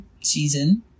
season